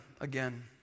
again